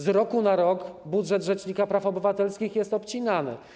Z roku na rok budżet rzecznika praw obywatelskich jest obcinany.